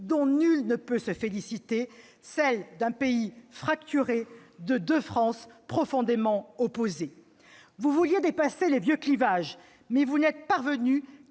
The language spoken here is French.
dont nul ne peut se féliciter, celle d'un pays fracturé, de deux France profondément opposées. Vous vouliez dépasser les vieux clivages, mais vous n'êtes parvenu